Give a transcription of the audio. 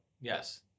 Yes